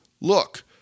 look